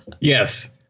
Yes